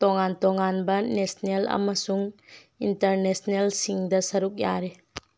ꯇꯣꯉꯥꯟ ꯇꯣꯉꯥꯟꯕ ꯅꯦꯁꯅꯦꯜ ꯑꯃꯁꯨꯡ ꯏꯟꯇꯔꯅꯦꯁꯅꯦꯜ ꯁꯤꯡꯗ ꯁꯔꯨꯛ ꯌꯥꯔꯤ